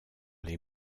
les